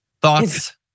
thoughts